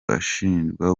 ashinjwa